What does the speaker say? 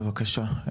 בבקשה,